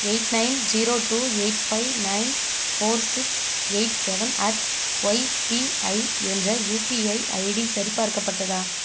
eight nine zero two eight five nine four six eight seven at YPI என்ற UPI ID சரிபார்க்கப்பட்டதா